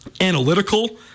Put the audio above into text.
analytical